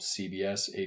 CBS